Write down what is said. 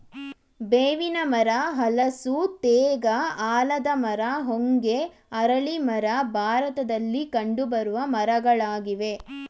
ಬೇವಿನ ಮರ, ಹಲಸು, ತೇಗ, ಆಲದ ಮರ, ಹೊಂಗೆ, ಅರಳಿ ಮರ ಭಾರತದಲ್ಲಿ ಕಂಡುಬರುವ ಮರಗಳಾಗಿವೆ